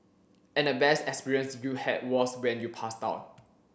and the best experience you had was when you passed out